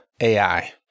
ai